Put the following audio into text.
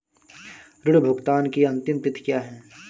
ऋण भुगतान की अंतिम तिथि क्या है?